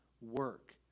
work